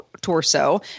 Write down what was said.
torso